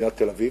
מדינת תל-אביב,